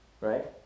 Right